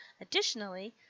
Additionally